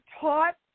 taught